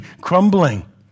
crumbling